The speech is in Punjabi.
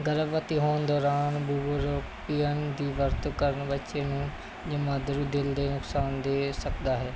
ਗਰਭਵਤੀ ਹੋਣ ਦੌਰਾਨ ਬੁਪਰੋਪੀਅਨ ਦੀ ਵਰਤੋਂ ਕਾਰਨ ਬੱਚੇ ਨੂੰ ਜਮਾਂਦਰੂ ਦਿਲ ਦੇ ਨੁਕਸਾਨ ਦੇ ਸਕਦਾ ਹੈ